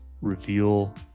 reveal